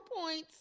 points